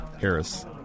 Harris